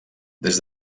des